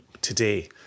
today